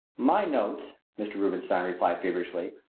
my notes, mr. rubenstein replied feverishly,